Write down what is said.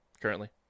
Currently